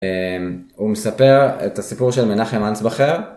הוא מספר את הסיפור של מנחם אנסבכר.